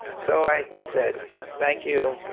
so i said thank you.